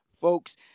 folks